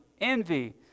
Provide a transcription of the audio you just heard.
envy